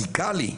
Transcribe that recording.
רדיקלי.